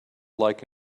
like